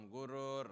Guru